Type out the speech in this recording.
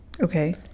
okay